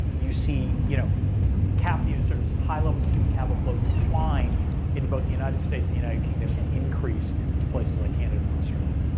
you see you know sort of high levels of human capital flows decline in both the united states the united kingdom and increase to places like canada or australia.